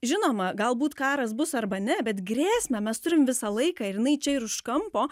žinoma galbūt karas bus arba ne bet grėsmę mes turim visą laiką ir jinai čia ir už kampo